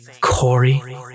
Corey